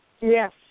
Yes